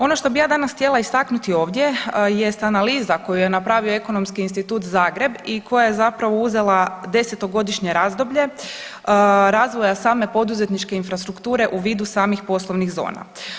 Ono što bi ja danas htjela istaknuti ovdje jest analiza koju je napravio Ekonomski institut Zagreb i koja je zapravo uzela 10-to godišnje razdoblje razvoja same poduzetničke infrastrukture u vidu samih poslovnih zona.